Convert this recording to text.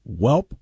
Welp